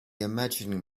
imagining